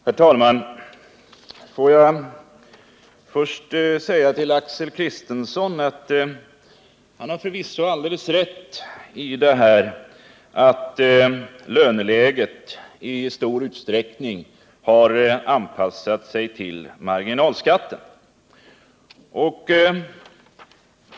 Herr talman! Får jag först säga till Axel Kristiansson att han har förvisso alldeles rätt i att löneläget i stor utsträckning har anpassat sig till marginalskatterna.